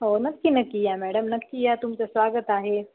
हो नक्की नक्की या मॅडम नक्की या तुमचं स्वागत आहे